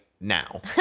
now